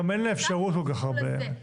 גם אין לה אפשרות כל כך הרבה האמת.